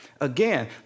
Again